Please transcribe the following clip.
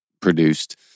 produced